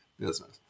business